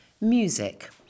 Music